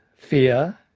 fear,